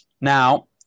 Now